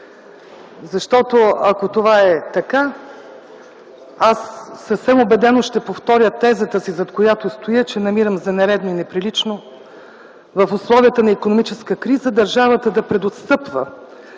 мярка. Ако това е така, аз съвсем убедено ще повторя тезата си, зад която стоя, че намирам за нередно и неприлично в условията на икономическа криза държавата да преотстъпва